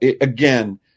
again